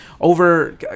over